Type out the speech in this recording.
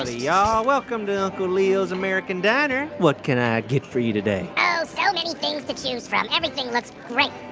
ah y'all. welcome to uncle leo's american diner. what can i get for you today? oh, so many things to choose from. everything looks great.